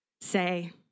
say